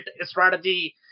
strategy